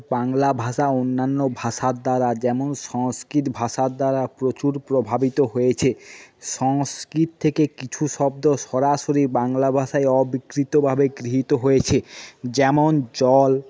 বাংলা ভাষা অন্যান্য ভাষার দ্বারা যেমন সংস্কৃত ভাষার দ্বারা প্রচুর প্রভাবিত হয়েছে সংস্কৃত থেকে কিছু শব্দ সরাসরি বাংলা ভাষায় অবিকৃতভাবে গৃহীত হয়েছে যেমন জল